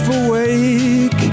awake